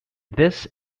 this